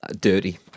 Dirty